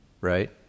right